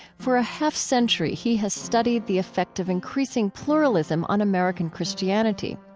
for a half-century, he has studied the effect of increasing pluralism on american christianity.